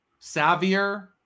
savvier